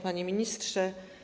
Panie Ministrze!